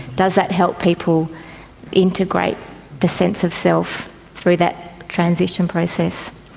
does that help people integrate the sense of self through that transition process?